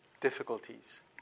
difficulties